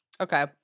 Okay